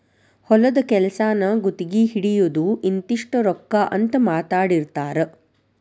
ಹೊಲದ ಕೆಲಸಾನ ಗುತಗಿ ಹಿಡಿಯುದು ಇಂತಿಷ್ಟ ರೊಕ್ಕಾ ಅಂತ ಮಾತಾಡಿರತಾರ